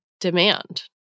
demand